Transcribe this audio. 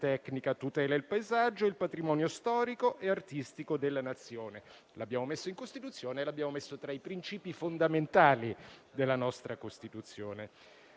tecnica. Tutela il paesaggio e il patrimonio storico e artistico della Nazione». L'abbiamo messo in Costituzione e l'abbiamo messo tra i principi fondamentali della nostra Costituzione.